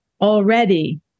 already